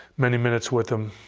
many minutes with him,